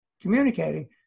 communicating